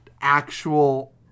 actual